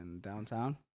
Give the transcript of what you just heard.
downtown